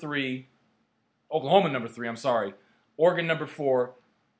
three oklahoma number three i'm sorry organ number four